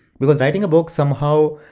because writing a book somehow,